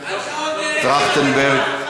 טרכטנברג,